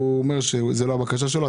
אומר שזאת לא הבקשה שלו.